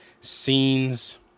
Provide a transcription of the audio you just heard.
scenes